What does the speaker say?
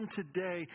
today